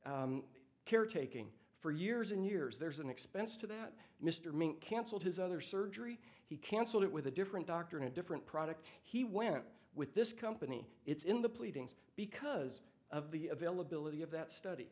expert care taking for years and years there's an expense to that mr mink cancelled his other surgery he canceled it with a different doctor in a different product he went with this company it's in the pleadings because of the availability of that study